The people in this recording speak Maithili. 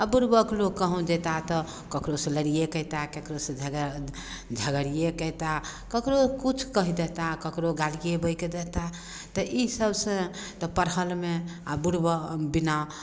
आ बुड़बक लोक कहुँ जेताह तऽ केकरो सँ लड़िएके अयताह ककरो से झगड़िएके अयताह ककरो किछु कहि देताह ककरो गालिए बैक देता तऽ ई सभसे तऽ पढ़लमे आ बुर बिना